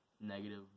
negative